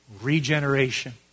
regeneration